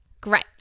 Great